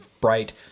bright